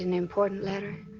and important letter,